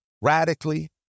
radically